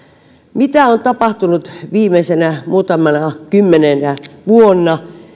mitä on tapahtunut viimeisenä muutamana kymmenenä vuotena